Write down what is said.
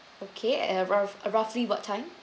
okay at around uh roughly what time